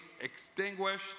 extinguished